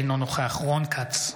אינו נוכח רון כץ,